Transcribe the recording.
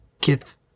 get